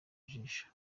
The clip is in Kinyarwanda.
jisho